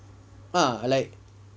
ah like